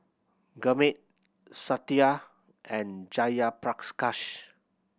Gurmeet Satya and Jayaprakash